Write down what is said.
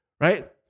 Right